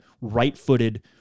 right-footed